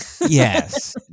yes